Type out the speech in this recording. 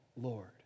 Lord